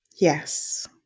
Yes